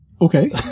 okay